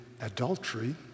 adultery